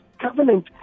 covenant